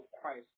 Christ